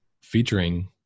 featuring